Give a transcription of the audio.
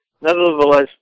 nevertheless